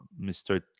Mr